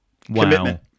Commitment